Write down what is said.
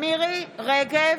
מירי רגב,